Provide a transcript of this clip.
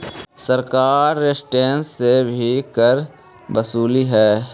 सरकार रेस्टोरेंट्स से भी कर वसूलऽ हई